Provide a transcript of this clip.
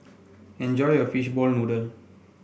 enjoy your Fishball Noodle